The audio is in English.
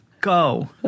go